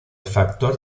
factor